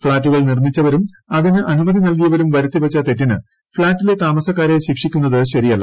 ഫ്ളാറ്റുകൾ നിർമ്മിച്ചവരും അതിന് അനുമതി നൽകിയവരും വരുത്തി വച്ച തെറ്റിന് ഫ്ളാറ്റിലെ താമസ്സുക്കാരെ ശിക്ഷിക്കുന്നത് ശരിയല്ല